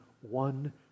one